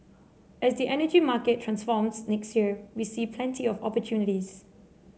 as the energy market transforms next year we see plenty of opportunities